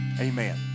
Amen